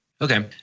Okay